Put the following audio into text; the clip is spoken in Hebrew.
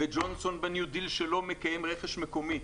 וג'ונסון בניו-דיל שלו מקיים רכש מקומי.